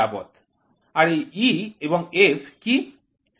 আর এই E এবং F কী